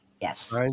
Yes